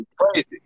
crazy